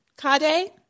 Cade